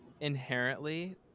inherently